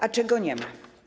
A czego nie ma?